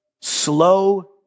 slow